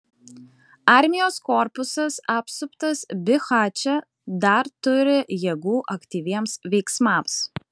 armijos korpusas apsuptas bihače dar turi jėgų aktyviems veiksmams